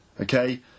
okay